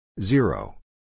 Zero